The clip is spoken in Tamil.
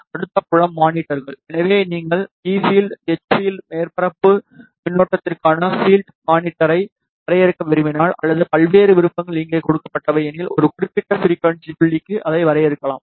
அடுத்தது புலம் மானிட்டர்கள் எனவே நீங்கள் ஈ ஃபில்ட் எச் ஃபில்ட் மேற்பரப்பு மின்னோட்டத்திற்கான பீல்ட் மானிட்டரை வரையறுக்க விரும்பினால் அல்லது பல்வேறு விருப்பங்கள் இங்கு கொடுக்கப்பட்டவை எனில் ஒரு குறிப்பிட்ட ஃபிரிக்குவன்ஸி புள்ளிக்கு அதை வரையறுக்கலாம்